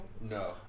No